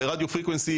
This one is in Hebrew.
ה- Radiofrequency,